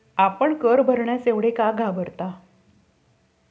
आपण कर भरण्यास एवढे का घाबरता?